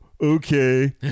okay